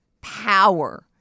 power